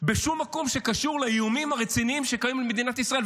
בשום מקום שקשור לאיומים הרציניים שקיימים על מדינת ישראל.